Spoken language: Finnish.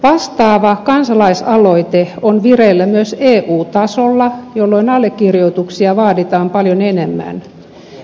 vastaava kansalaisaloite on vireillä myös eu tasolla jolloin allekirjoituksia vaaditaan paljon enemmän